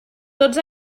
tots